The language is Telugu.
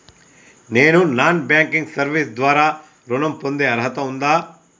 నేను నాన్ బ్యాంకింగ్ సర్వీస్ ద్వారా ఋణం పొందే అర్హత ఉందా?